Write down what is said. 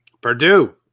Purdue